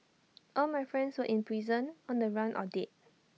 all my friends were in prison on the run or dead